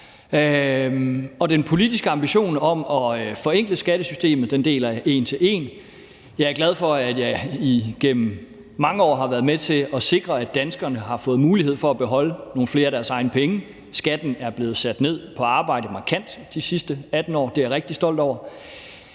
Den politiske ambition om at forenkle skattesystemet deler jeg en til en. Jeg er glad for, at jeg igennem mange år har været med til at sikre, at danskerne har fået mulighed for at beholde nogle flere af deres egne penge. Skatten på arbejde er blevet sat markant ned de sidste 18 år, og det er jeg rigtig stolt over.